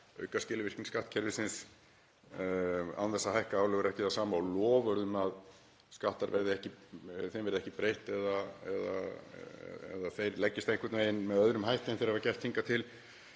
auka skilvirkni skattkerfisins án þess að hækka álögur ekki það sama og loforð um að sköttum verði ekki breytt eða þeir leggist einhvern veginn með öðrum hætti en þeir hafa gert hingað til.